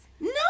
No